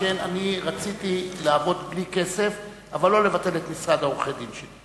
שכן רציתי לעבוד בלי כסף אבל לא לבטל את משרד עורכי-הדין שלי.